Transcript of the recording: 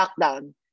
lockdown